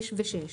5 ו-6.